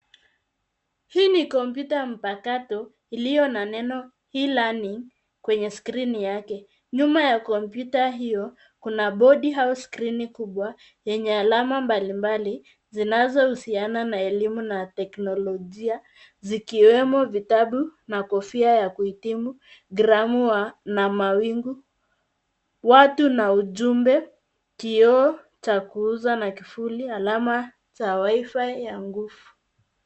Hii ni kompyuta mpakato iliyo na neno E-LEARNING kwenye skirini yake. Nyuma ya kompyuta hiyo kuna bodi au skrini kubwa yenye alama mbalimbali zinazo husiana na elimu na teknolojia zikiwemo vitabu na kofia ya kuhitimu gramu wa na mawingu, watu na ujumbe, kioo cha kuuza na kifuli alama za WiFi ya nguvu.